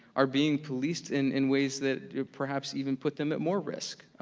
are being policed in in ways that perhaps even put them at more risk,